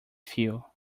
fuel